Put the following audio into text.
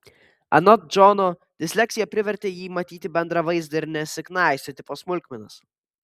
anot džono disleksija privertė jį matyti bendrą vaizdą ir nesiknaisioti po smulkmenas